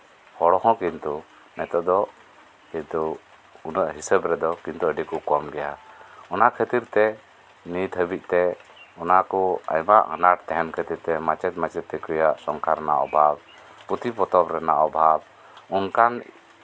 ᱦᱚᱲᱦᱚᱸ ᱠᱤᱱᱛᱩ ᱱᱤᱛᱚᱜ ᱠᱤᱱᱛᱩ ᱩᱱᱟᱹᱜ ᱦᱤᱥᱟᱹᱵᱽ ᱨᱮᱫᱚ ᱟᱹᱰᱤ ᱠᱚ ᱠᱚᱢ ᱜᱮᱭᱟ ᱚᱱᱟ ᱠᱷᱟᱹᱛᱤᱨ ᱛᱮ ᱱᱤᱛ ᱦᱟᱹᱵᱤᱡ ᱛᱮ ᱚᱱᱟᱠᱚ ᱟᱭᱢᱟ ᱟᱱᱟᱴ ᱛᱟᱸᱦᱮᱱ ᱠᱷᱟᱹᱛᱤᱨ ᱛᱮ ᱢᱟᱪᱮᱫ ᱢᱟᱪᱮᱫᱤᱭᱟᱹ ᱠᱚᱣᱟᱜ ᱥᱚᱝᱠᱠᱷᱟ ᱨᱮᱱᱟᱜ ᱚᱵᱷᱟᱵᱽ ᱯᱩᱛᱷᱤ ᱯᱚᱛᱚᱵᱽ ᱨᱮᱱᱟᱜ ᱚᱵᱷᱟᱵᱽ ᱚᱱᱠᱟᱱ